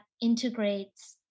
integrates